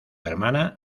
hermana